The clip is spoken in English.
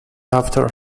after